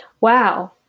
Wow